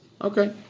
Okay